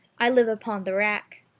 i live upon the rack.